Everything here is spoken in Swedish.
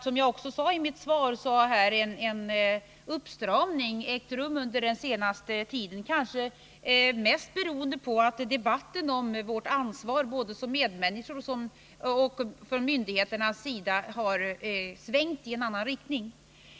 Som jag framhöll i mitt svar har emellertid en uppstramning skett under den senaste tiden, kanske mest beroende på att debatten både om vårt ansvar som medmänniskor och om myndigheternas ansvar har svängt i en annan riktning.